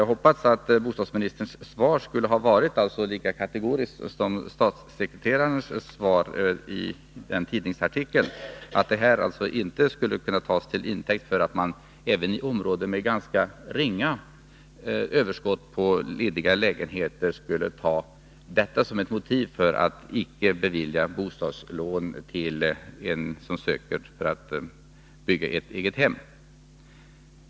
Jag hade hoppats att bostadsministerns svar skulle ha varit lika kategoriskt som statssekreterarens uttalande i denna tidningsartikel, dvs. att detta inte skulle kunna tas till intäkt för att man även i områden med ganska ringa överskott på lediga lägenheter skulle ta det här som ett motiv för att icke bevilja bostadslån till en person som söker sådant för att bygga ett eget hem.